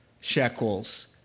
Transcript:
shekels